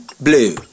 blue